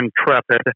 intrepid